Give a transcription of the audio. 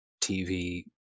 tv